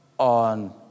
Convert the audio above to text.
on